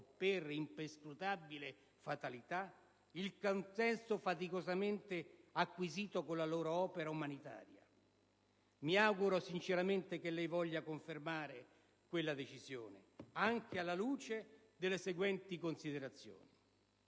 per imperscrutabile fatalità, il consenso faticosamente acquisito con la loro opera umanitaria. Mi auguro sinceramente che lei voglia confermare quella decisione, anche alla luce delle seguenti considerazioni.